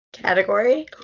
Category